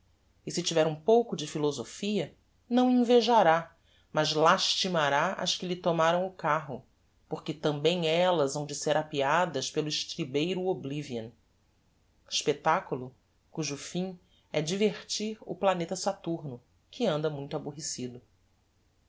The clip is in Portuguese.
e se tiver um pouco de philosophia não invejará mas lastimará as que lhe tomaram o carro porque tambem ellas hão de ser apeadas pelo estribeiro oblivion espectaculo cujo fim é divertir o planeta saturno que anda muito aborrecido